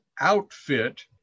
outfit